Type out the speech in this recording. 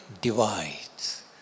divides